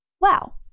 Wow